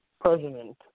president